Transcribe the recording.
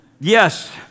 yes